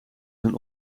zijn